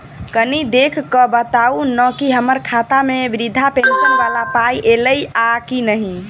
कनि देख कऽ बताऊ न की हम्मर खाता मे वृद्धा पेंशन वला पाई ऐलई आ की नहि?